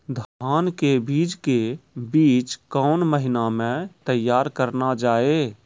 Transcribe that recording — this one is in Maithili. धान के बीज के बीच कौन महीना मैं तैयार करना जाए?